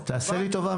תעשה לי טובה,